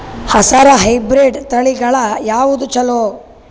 ಹೆಸರ ಹೈಬ್ರಿಡ್ ತಳಿಗಳ ಯಾವದು ಚಲೋ?